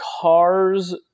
cars